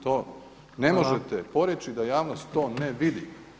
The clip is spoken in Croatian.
To ne možete poreći [[Upadica Jandroković: Hvala.]] da javnost to ne vidi.